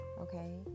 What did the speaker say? okay